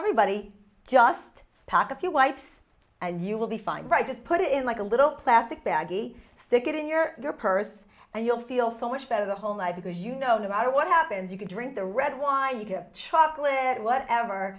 everybody just pack a few wipes and you will be fine but i just put it in like a little plastic baggy stick it in your purse and you'll feel so much better the whole night because you know no matter what happens you can drink the red wine you get chocolate whatever